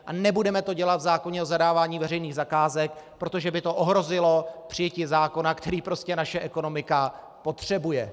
A nebudeme to dělat v zákoně o zadávání veřejných zakázek, protože by to ohrozilo přijetí zákona, který prostě naše ekonomika potřebuje.